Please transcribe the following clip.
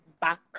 back